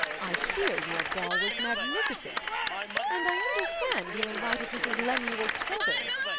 i hear your ball was magnificent and i understand you invited mrs. lemuel struthers?